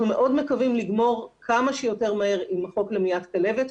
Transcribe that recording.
אנחנו מאוד מקווים לגמור כמה שיותר מהר עם החוק למניעת כלבת,